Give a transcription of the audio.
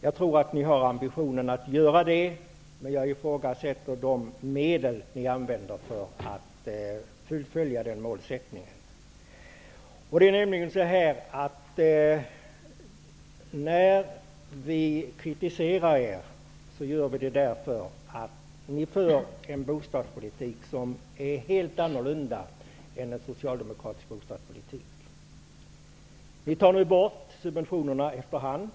Jag tror att ni har den ambitionen, men jag ifrågasätter de medel som ni använder för att uppfylla den målsättningen. Vi kritiserar er därför att ni för en bostadspolitik som är helt annorlunda än den socialdemokratiska bostadspolitiken. Ni tar bort bostadssubventionerna efter hand.